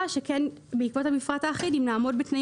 תקווה כלשהי שבעקבות המפרט האחיד אם נעמוד בתנאים